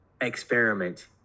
experiment